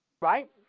Right